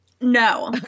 No